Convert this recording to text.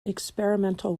experimental